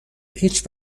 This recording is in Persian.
هیچ